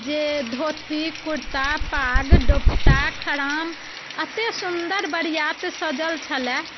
जे धोती कुर्ता पाग दोपटा खराम एतेक सुंदर बरिआत सजल छलै